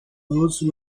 norse